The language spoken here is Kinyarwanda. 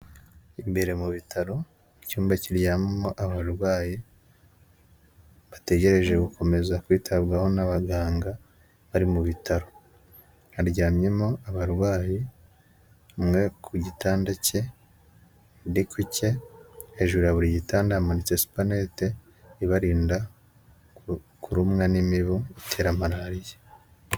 Imbere mu bitaro icyumba kiryamamo abarwayi bategereje gukomeza kwitabwaho n'abaganga, bari mu bitaro haryamyemo abarwayi, umwe ku gitanda cye, undi ku cye hejuru ya buri gitanda hamanitse supanete ibarinda kurumwa n'imibu itera malariya.